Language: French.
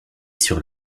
sur